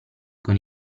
con